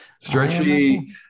Stretchy